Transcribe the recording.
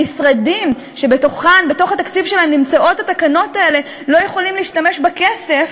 המשרדים שבתוך התקציב שלהם נמצאות התקנות האלה לא יכולים להשתמש בכסף,